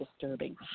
disturbing